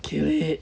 kill it